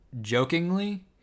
jokingly